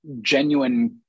genuine